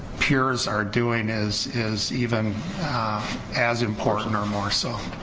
peers are doing is is even as important or more so.